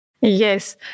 Yes